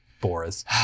Boris